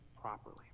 properly